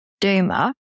Duma